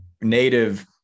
native